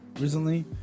recently